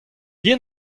yen